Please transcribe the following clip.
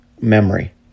memory